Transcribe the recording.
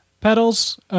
pedals